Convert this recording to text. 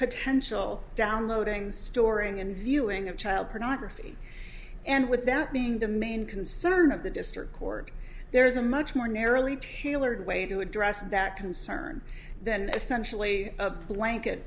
potential downloading storing and viewing of child pornography and with that being the main concern of the district court there is a much more narrowly tailored way to address that concern than essentially a blanket